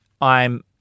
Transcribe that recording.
I'm-